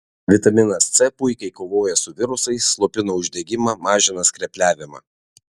vitaminas c puikiai kovoja su virusais slopina uždegimą mažina skrepliavimą